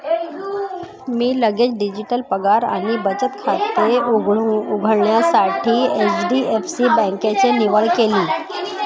मी लगेच डिजिटल पगार आणि बचत खाते उघडण्यासाठी एच.डी.एफ.सी बँकेची निवड केली